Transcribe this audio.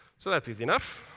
so that's easy enough.